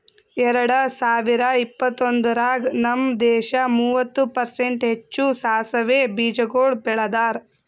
ಎರಡ ಸಾವಿರ ಇಪ್ಪತ್ತೊಂದರಾಗ್ ನಮ್ ದೇಶ ಮೂವತ್ತು ಪರ್ಸೆಂಟ್ ಹೆಚ್ಚು ಸಾಸವೆ ಬೀಜಗೊಳ್ ಬೆಳದಾರ್